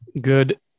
Good